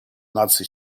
наций